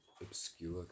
Obscure